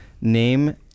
Name